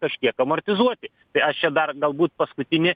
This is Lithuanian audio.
kažkiek amortizuoti tai aš čia dar galbūt paskutinė